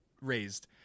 raised